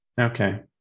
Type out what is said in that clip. Okay